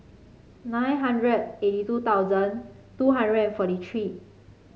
nine hundred eighty two thousand two hundred and forty three